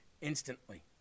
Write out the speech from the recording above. instantly